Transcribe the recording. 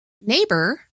Neighbor